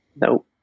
No